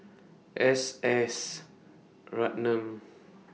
S S Ratnam